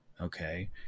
okay